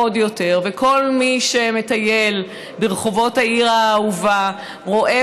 וכל מי שמטייל ברחובות העיר האהובה רואה,